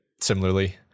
similarly